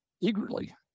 eagerly